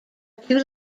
too